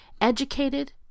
Educated